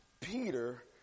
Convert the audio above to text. Peter